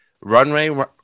Runway